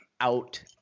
out